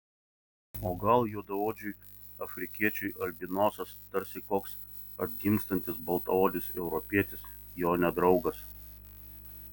o gal juodaodžiui afrikiečiui albinosas tarsi koks atgimstantis baltaodis europietis jo nedraugas